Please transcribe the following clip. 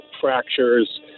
fractures